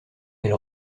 elle